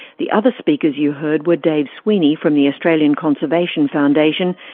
the other speakers you heard were dave sweeney from the australian conservation foundation,